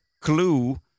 clue